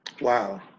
Wow